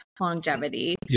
longevity